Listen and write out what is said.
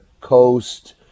Coast